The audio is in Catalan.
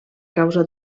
causa